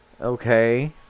okay